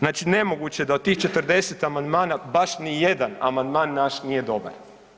Znači nemoguće je da od tih 40 amandmana baš ni jedan amandman naš nije dobar.